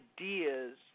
ideas